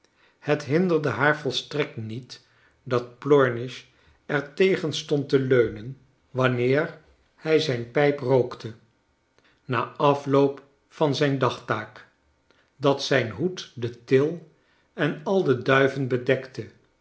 het hinderde haar volstrekt niet dat plornish er tegen stand te leunen wanneer hij zijn pijp rookte na afloop van zijn dagtaak dat zijn hoed de til en al de duiven bedekte